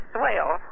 swale